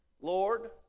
Lord